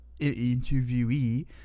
interviewee